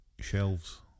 shelves